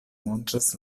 montras